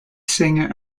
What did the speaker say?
singer